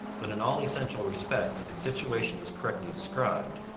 but in all essential respects its situation was correctly described,